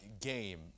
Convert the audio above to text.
Game